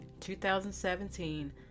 2017